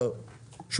אתה יודע יותר טוב ממני.